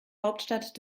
hauptstadt